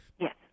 Yes